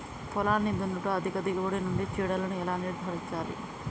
పొలాన్ని దున్నుట అధిక దిగుబడి నుండి చీడలను ఎలా నిర్ధారించాలి?